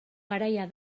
garaia